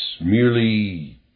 merely